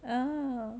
ah